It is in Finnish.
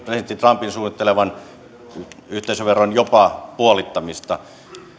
trumpin suunnittelevan jopa yhteisöveron puolittamista